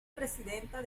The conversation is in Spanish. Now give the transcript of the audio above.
presidenta